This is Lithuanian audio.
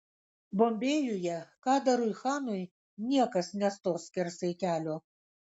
bombėjuje kadarui chanui niekas nestos skersai kelio